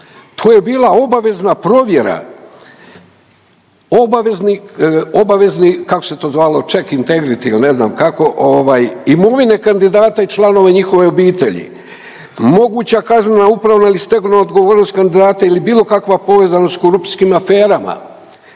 to je bila obavezna provjera, obavezni, obavezni, kako se to zvalo…/Govornik se ne razumije./…ili ne znam kako, ovaj imovine kandidata i članova njihove obitelji, moguća kaznena, upravna ili stegovna odgovornost kandidata ili bilo kakva povezanost s korupcijskim aferama.